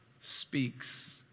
speaks